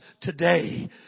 today